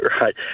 Right